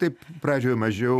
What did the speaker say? taip pradžioj mažiau